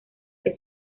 que